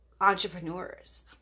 entrepreneurs